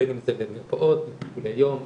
בין אם זה במרפאות לטיפולי יום,